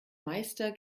meister